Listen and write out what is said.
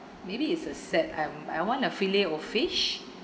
maybe it's a set um I want a fillet O fish